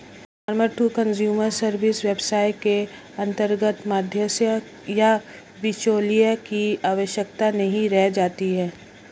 farmer to consumer service व्यवस्था के अंतर्गत मध्यस्थ या बिचौलिए की आवश्यकता नहीं रह जाती है